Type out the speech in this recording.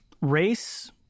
race